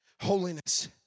Holiness